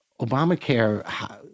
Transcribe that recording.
Obamacare